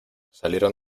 salieron